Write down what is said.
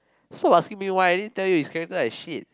stop asking me why I already told you his character like shit